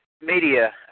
media